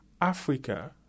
Africa